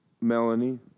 Melanie